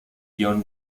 ion